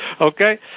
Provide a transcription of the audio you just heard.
Okay